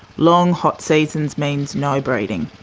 long hot seasons means no breeding.